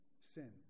sin